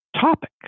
topic